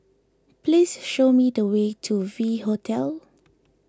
please show me the way to V Hotel